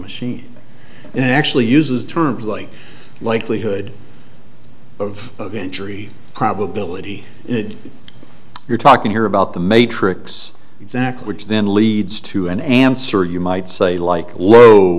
machine and actually uses terms like likelihood of injury probability you're talking here about the matrix exactly which then leads to an answer you might say like